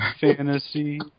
Fantasy